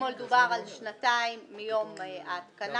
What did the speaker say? אתמול דובר על שנתיים מיום ההתקנה.